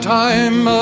time